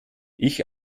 ich